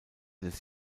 des